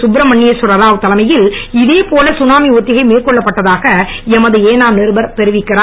சுப்ரமணியேஸ்வர ராவ் தலைமையில் இதே போல சுனாமி ஒத்திகை மேற்கொள்ளப்பட்டதாக எமது ஏனாம் நிருபர் தெரிவிக்கிறார்